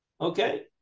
Okay